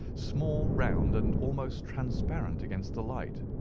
small, round, and almost transparent against the light.